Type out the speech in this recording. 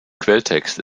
quelltext